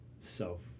self